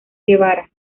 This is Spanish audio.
guevara